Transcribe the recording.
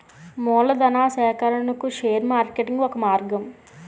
మూలధనా సేకరణకు share marketing ఒక మార్గం